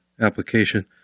application